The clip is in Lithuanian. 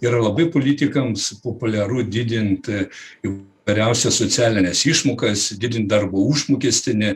yra labai politikams populiaru didint įvairiausias socialines išmokas didint darbo užmokestį ne